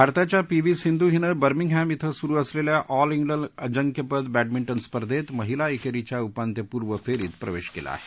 भारताच्या P V Sindhu हिनं Birmingham इथं सुरू असलेल्या ऑल इंग्लंड अजिंक्यपद बॅडमिंटन स्पर्धेत महिला एकेरीच्या उपात्यपूर्व फेरीत प्रवेश केला आहे